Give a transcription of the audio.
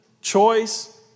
choice